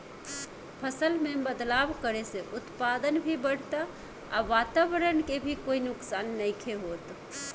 फसल में बदलाव करे से उत्पादन भी बढ़ता आ वातवरण के भी कोई नुकसान नइखे होत